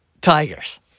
tigers